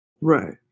Right